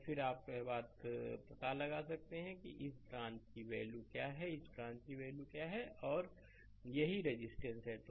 और फिर आप यह पता लगा सकते हैं कि इस ब्रांच की वैल्यू क्या है इस ब्रांच की वैल्यू क्या है यही रजिस्टेंस है